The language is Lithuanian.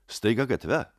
staiga gatve